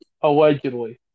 Allegedly